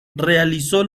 realizó